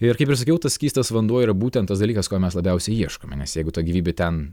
ir kaip ir sakiau tas skystas vanduo yra būtent tas dalykas ko mes labiausiai ieškome nes jeigu ta gyvybė ten